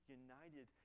united